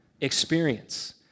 experience